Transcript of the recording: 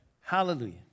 Hallelujah